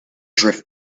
drift